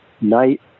night